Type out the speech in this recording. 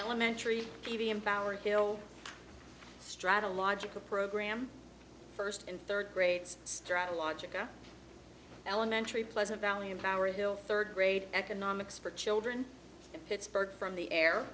elementary d v m power hill strata logical program first and third grades strata logica elementary pleasant valley in power hill third grade economics for children pittsburgh from the air